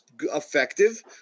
effective